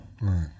Right